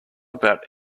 about